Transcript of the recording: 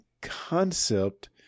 concept